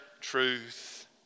truth